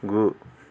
गु